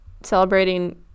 celebrating